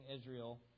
Israel